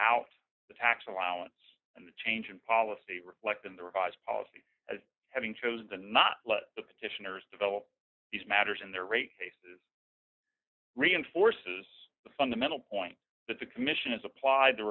out the tax allowance and the change in policy reflecting the revised policy as having chosen to not let the petitioners develop these matters in their rate case it reinforces the fundamental point that the commission is applied to